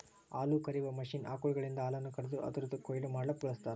ಹಾಲುಕರೆಯುವ ಮಷೀನ್ ಆಕಳುಗಳಿಂದ ಹಾಲನ್ನು ಕರೆದು ಅದುರದ್ ಕೊಯ್ಲು ಮಡ್ಲುಕ ಬಳ್ಸತಾರ್